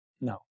No